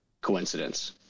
coincidence